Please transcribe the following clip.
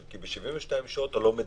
כי ב-72 שעות אתה לא מדבק.